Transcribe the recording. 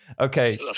okay